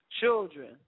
children